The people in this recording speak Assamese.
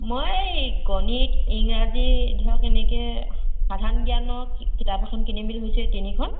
মই গণিত ইংৰাজী ধৰক এনেকৈ সাধাৰণ জ্ঞানৰ কিতাপ এখন কিনিম বুলি ভাবিছোঁ এই তিনিখন